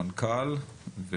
המנכ"ל,